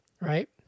right